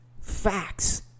facts